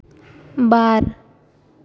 ᱵᱟᱨ